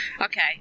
Okay